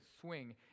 swing